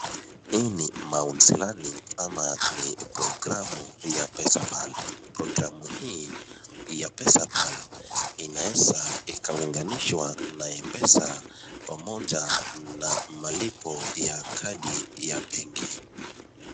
Hii ni Mausilani ama ni programu ya PesaPal. Programu hii ya PesaPal inaweza ikaunganishwa na Mpesa pamoja na malipo ya kadi ya benki.